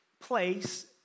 place